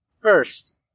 First